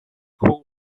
pool